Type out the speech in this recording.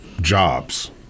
jobs